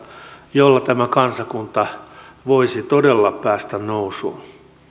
jolla tämä kansakunta voisi todella päästä nousuun